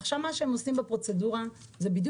עכשיו מה שהם עושים בפרוצדורה זה בדיוק